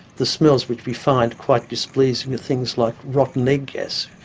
the smells which we find quite displeasing things like rotten egg gas,